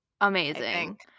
Amazing